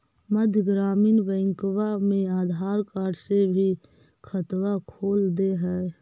मध्य ग्रामीण बैंकवा मे आधार कार्ड से भी खतवा खोल दे है?